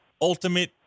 Ultimate